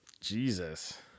Jesus